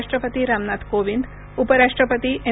राष्ट्रपती रामनाथ कोविंद उपराष्ट्रपती एम